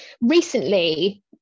recently